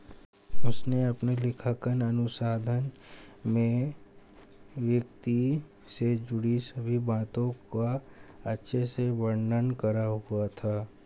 उसने अपने लेखांकन अनुसंधान में वित्त से जुड़ी सभी बातों का अच्छे से वर्णन करा हुआ था